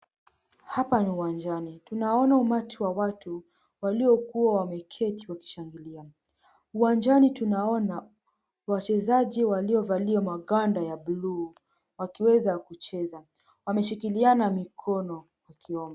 Hapa ni uwanjani. Tunaona umati wa watu waliokuwa wameketi wakishangilia. Uwanjani tunaona wachezaji waliovalia maganda ya blue wakiweza kucheza. Wameshikiliana mikono kwa kiuno.